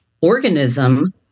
organism